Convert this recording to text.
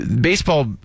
baseball